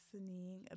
listening